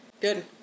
Good